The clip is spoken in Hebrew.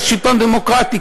אז שלטון דמוקרטי,